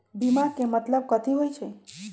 बीमा के मतलब कथी होई छई?